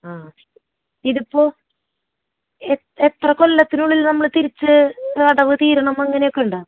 ആ ശരി ഇതിപ്പോൾ എത്ര കൊല്ലത്തിനുള്ളിൽ നമ്മൾ തിരിച്ചു അടവുതീരണം അങ്ങനെയൊക്കെയുണ്ടോ